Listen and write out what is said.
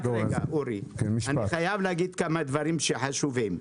אני חייב להגיד כמה דברים חשובים.